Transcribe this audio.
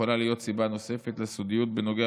יכולה להיות סיבה נוספת לסודיות בנוגע